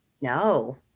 No